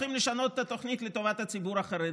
הולכים לשנות את התוכנית לטובת הציבור החרדי.